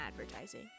advertising